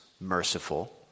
merciful